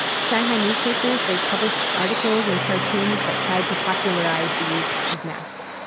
shanghai newspapers, they published articles and cartoons that tried to popularize the use of masks.